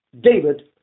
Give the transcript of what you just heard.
David